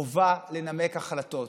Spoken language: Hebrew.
חובה לנמק החלטות.